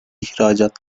ihracat